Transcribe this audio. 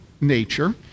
nature